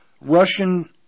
Russian